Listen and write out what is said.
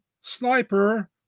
Sniper